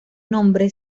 nombre